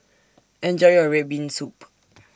Enjoy your Red Bean Soup